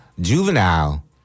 juvenile